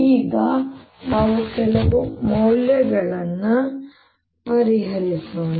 ಈಗ ನಾವು ಕೆಲವು ಮೌಲ್ಯಗಳನ್ನು ಸರಿಪಡಿಸೋಣ